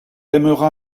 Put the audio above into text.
aimera